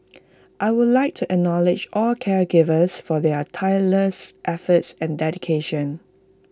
I would like to acknowledge all caregivers for their tireless efforts and dedication